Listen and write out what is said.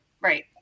Right